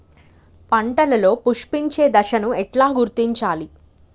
పంటలలో పుష్పించే దశను ఎట్లా గుర్తించాలి?